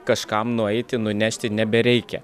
kažkam nueiti nunešti nebereikia